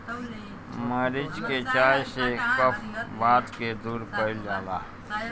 मरीच के चाय से कफ वात के दूर कइल जाला